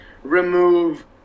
Remove